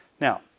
Now